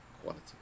quality